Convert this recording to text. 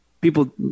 people